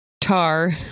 Tar